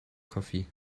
coffee